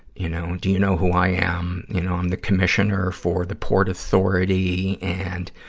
you know, do you know who i am. you know, i'm the commissioner for the port authority. and,